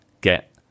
get